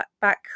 back